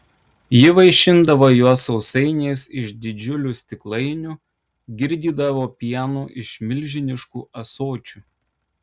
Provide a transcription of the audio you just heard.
ji vaišindavo juos sausainiais iš didžiulių stiklainių girdydavo pienu iš milžiniškų ąsočių